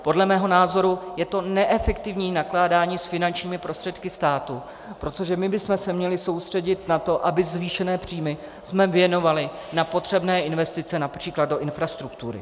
Podle mého názoru je to neefektivní nakládání s finančními prostředky státu, protože my bychom se měli soustředit na to, abychom zvýšené příjmy věnovali na potřebné investice, například do infrastruktury.